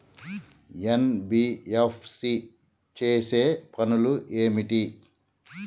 NBFC చేసే పనులు ఏమిటి?